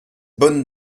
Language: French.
bonne